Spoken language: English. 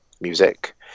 music